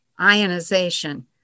ionization